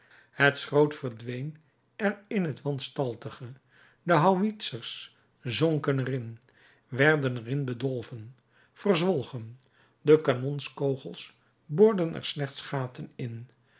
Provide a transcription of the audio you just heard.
het schroot verdween er in het wanstaltige de houwitsers zonken er in werden er in bedolven verzwolgen de kanonskogels boorden er slechts gaten in